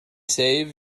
save